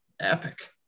epic